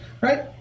Right